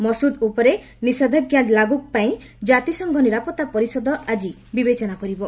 ମସୁଦ ଉପରେ ନିଶେଷଧାଜ୍ଞା ଲାଗୁ ପାଇଁ ଜାତିସଂଘ ନିରାପତ୍ତା ପରିଷଦ ଆଜି ବିବେଚନା କରିବ